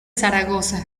zaragoza